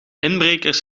inbrekers